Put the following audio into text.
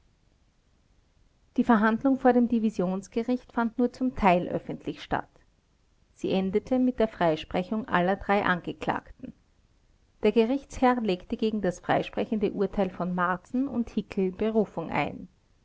die verhandlung vor dem divisionsgericht fand nur zum teil öffentlich statt sie endete mit der freisprechung aller drei angeklagten der gerichtsherr legte gegen das freisprechende urteil von marten und hickel berufung ein